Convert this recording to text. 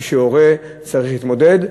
כשהורה צריך להתמודד,